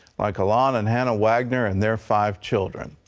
like alon and hanna wagner and their five children.